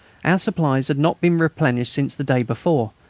our supplies had not been replenished since the day before,